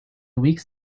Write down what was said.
weeks